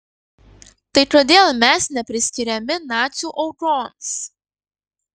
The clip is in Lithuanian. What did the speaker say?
tai kodėl mes nepriskiriami nacių aukoms